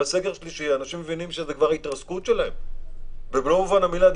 בסגר השלישי אנשים מבינים שזו התרסקות שלהם במלוא מובן המילה.